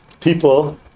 people